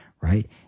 right